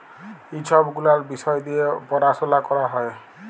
ই ছব গুলাল বিষয় দিঁয়ে পরাশলা ক্যরা হ্যয়